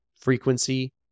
frequency